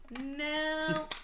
no